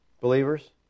Believers